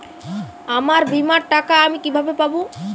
আমার বীমার টাকা আমি কিভাবে পাবো?